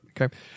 okay